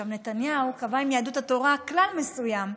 נתניהו קבע עם יהדות התורה כלל מסוים,